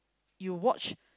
you watch